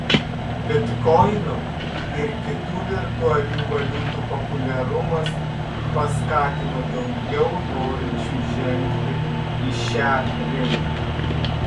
bitkoino ir kitų virtualių valiutų populiarumas paskatino daugiau norinčių žengti į šią rinką